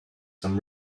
some